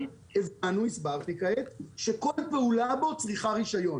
אני הסברתי כעת שכל פעולה בו צריכה רישיון